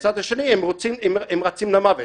מהצד השני, הם רצים למוות.